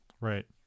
right